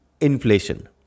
inflation